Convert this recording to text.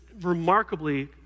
remarkably